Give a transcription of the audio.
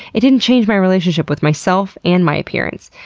it didn't change my relationship with myself and my appearance.